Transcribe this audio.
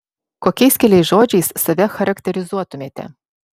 kokiais keliais žodžiais save charakterizuotumėte